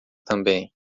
também